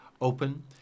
open